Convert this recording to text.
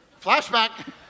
Flashback